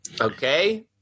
Okay